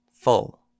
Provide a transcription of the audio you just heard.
full